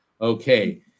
Okay